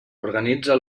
organitza